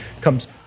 comes